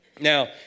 Now